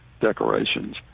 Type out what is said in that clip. decorations